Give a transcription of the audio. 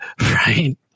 right